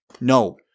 no